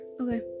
Okay